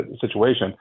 situation